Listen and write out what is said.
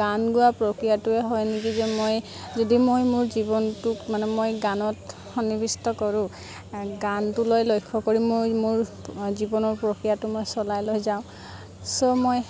গান গোৱা প্ৰক্ৰিয়াটোৱে হয় নেকি যে মই যদি মই মোৰ জীৱনটোক মানে মই গানত সন্নিৱিষ্ট কৰোঁ গানটো লৈ লক্ষ্য কৰি মই মোৰ জীৱনৰ প্ৰক্ৰিয়াটো মই চলাই লৈ যাওঁ ছ' মই